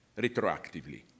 retroactively